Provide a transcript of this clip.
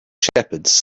shepherds